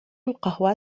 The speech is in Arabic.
القهوة